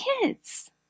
kids